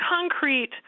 concrete